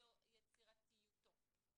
היצירתיות שלו.